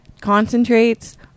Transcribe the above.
Concentrates